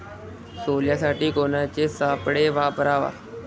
सोल्यासाठी कोनचे सापळे वापराव?